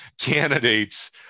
candidates